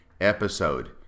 episode